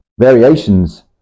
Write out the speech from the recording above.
Variations